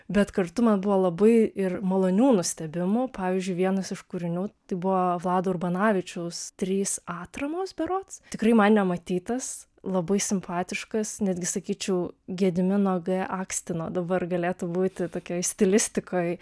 bet kartu man buvo labai ir malonių nustebimų pavyzdžiui vienas iš kūrinių tai buvo vlado urbanavičiaus trys atramos berods tikrai man nematytas labai simpatiškas netgi sakyčiau gedimino g akstino dabar galėtų būti tokioj stilistikoj